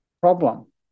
problem